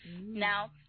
Now